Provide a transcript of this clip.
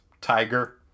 Tiger